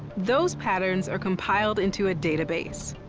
those patterns are compiled into a database.